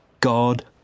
God